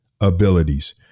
abilities